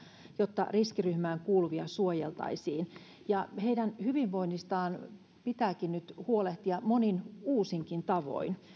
jotta riskiryhmään kuuluvia suojeltaisiin heidän hyvinvoinnistaan pitääkin nyt huolehtia monin uusinkin tavoin